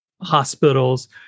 hospitals